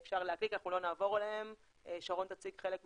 שרון תציג חלק מהמחקרים,